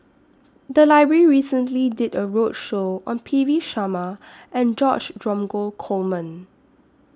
The Library recently did A roadshow on P V Sharma and George Dromgold Coleman